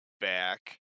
back